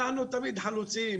אנחנו תמיד חלוצים,